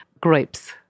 grapes